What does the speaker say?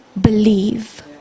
believe